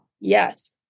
Yes